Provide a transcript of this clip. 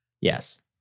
Yes